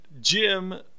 Jim